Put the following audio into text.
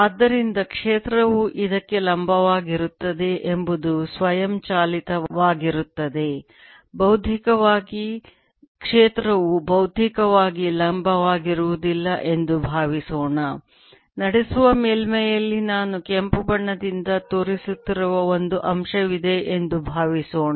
ಆದ್ದರಿಂದ ಕ್ಷೇತ್ರವು ಇದಕ್ಕೆ ಲಂಬವಾಗಿರುತ್ತದೆ ಎಂಬುದು ಸ್ವಯಂಚಾಲಿತವಾಗಿರುತ್ತದೆ ಭೌತಿಕವಾಗಿ ಕ್ಷೇತ್ರವು ಭೌತಿಕವಾಗಿ ಲಂಬವಾಗಿರಲಿಲ್ಲ ಎಂದು ಭಾವಿಸೋಣ ನಡೆಸುವ ಮೇಲ್ಮೈಯಲ್ಲಿ ನಾನು ಕೆಂಪು ಬಣ್ಣದಿಂದ ತೋರಿಸುತ್ತಿರುವ ಒಂದು ಅಂಶವಿದೆ ಎಂದು ಭಾವಿಸೋಣ